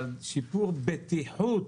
אבל שיפור בטיחות